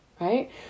right